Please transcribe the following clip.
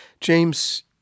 James